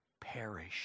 perish